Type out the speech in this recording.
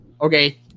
okay